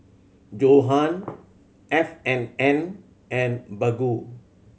Johan F and N and Baggu